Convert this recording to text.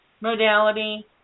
modality